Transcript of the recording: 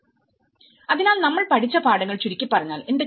അതിനാൽനമ്മൾ പഠിച്ച പാഠങ്ങൾ ചുരുക്കി പറഞ്ഞാൽ എന്തൊക്കെയാണ്